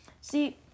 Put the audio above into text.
See